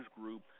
group